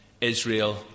Israel